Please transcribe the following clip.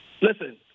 Listen